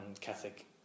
Catholic